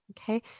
okay